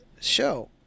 show